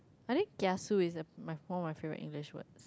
I think kiasu is uh my one of my favourite English words